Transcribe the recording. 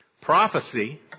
prophecy